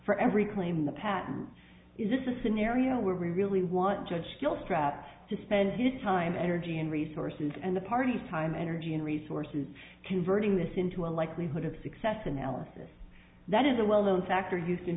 for every claim in the patent is this a scenario where we really want judge still strapped to spend his time energy and resources and the party's time energy and resources converting this into a likelihood of success analysis that is a well known factor